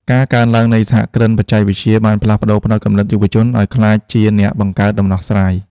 ការកើនឡើងនៃសហគ្រិនបច្ចេកវិទ្យាបានផ្លាស់ប្តូរផ្នត់គំនិតយុវជនឱ្យក្លាយជាអ្នកបង្កើតដំណោះស្រាយ។